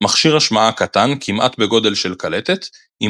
- מכשיר השמעה קטן כמעט בגודל של קלטת עם